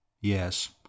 Yes